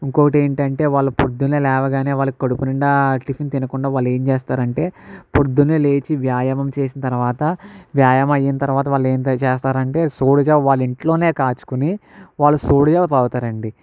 ఇంకోటేంటంటే వాళ్ళు పొద్దున్నే లేవగానే వాళ్ళకడుపునిండా టిఫిన్ తినకుండా వాళ్ళు ఏం చేస్తారంటే పొద్దున్నే లేచి వ్యాయామం చేసిన తర్వాత వ్యాయామం అయిన తర్వాత వాళ్ళు ఏం చేస్తారంటే సోడి జావ వాళ్ళ ఇంట్లోనే కాచుకొని వాళ్ళు సోడి జావ తాగుతారండి